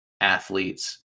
athletes